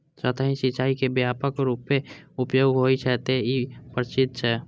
सतही सिंचाइ के व्यापक रूपें उपयोग होइ छै, तें ई प्रसिद्ध छै